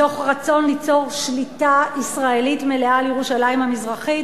מתוך רצון ליצור שליטה ישראלית מלאה על ירושלים המזרחית